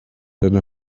einer